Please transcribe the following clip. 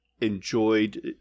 enjoyed